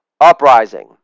uprising